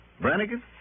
Brannigan